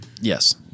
yes